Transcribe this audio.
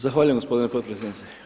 Zahvaljujem gospodine potpredsjednice.